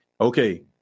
Okay